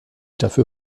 dafür